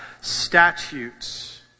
statutes